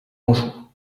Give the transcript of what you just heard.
anjou